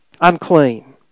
Unclean